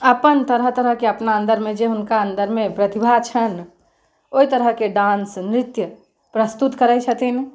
अपन तरह तरहके अपना अन्दरमे जे हुनका अन्दरमे प्रतिभा छनि ओइ तरहके डान्स नृत्य प्रस्तुत करै छथिन